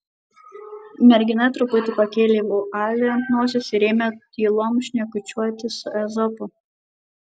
mergina truputį pakėlė vualį ant nosies ir ėmė tylom šnekučiuoti su ezopu